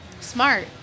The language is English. Smart